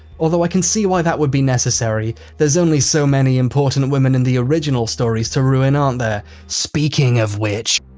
although i can see why that would be necessary there's only so many important women in the original stories to ruin, aren't there? speaking of which